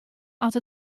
oft